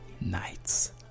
nights